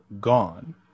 gone